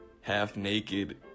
half-naked